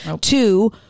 Two